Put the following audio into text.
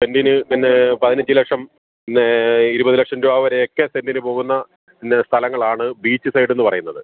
സെൻറ്റിന് പിന്നെ പതിനഞ്ച് ലക്ഷം പിന്നെ ഇരുപത് ലക്ഷം രൂപ വരെയൊക്കെ സെൻറ്റിന് പോവുന്ന ന സ്ഥലങ്ങളാണ് ബീച്ച് സൈഡുന്ന് പറയുന്നത്